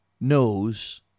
knows